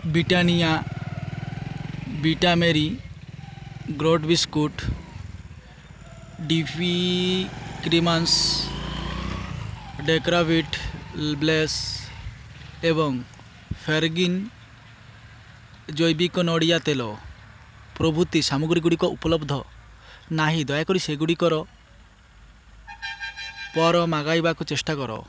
Britannia vita Marie gold biscuit D P କ୍ରିମାନ୍ସ ଡେକ୍ରାଭିଟ୍ ଇବବେଲ୍ସ୍ ଏବଂ ଫେର୍ଗ୍ରୀନ୍ ଜୈବିକ ନଡ଼ିଆ ତେଲ ପ୍ରଭୃତି ସାମଗ୍ରୀ ଗୁଡ଼ିକ ଉପଲବ୍ଧ ନାହିଁ ଦୟାକରି ସେଗୁଡ଼ିକର ପର ମାଗାଇବାକୁ ଚେଷ୍ଟା କର